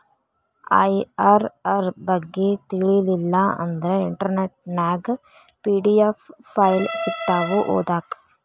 IRR ಬಗ್ಗೆ ತಿಳಿಲಿಲ್ಲಾ ಅಂದ್ರ ಇಂಟರ್ನೆಟ್ ನ್ಯಾಗ ಪಿ.ಡಿ.ಎಫ್ ಫೈಲ್ ಸಿಕ್ತಾವು ಓದಾಕ್